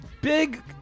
big